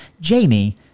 Jamie